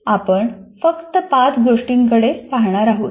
आपण फक्त पाच गोष्टींकडे पाहणार आहोत